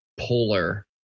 Polar